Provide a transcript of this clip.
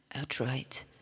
outright